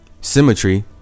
symmetry